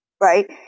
Right